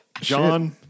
John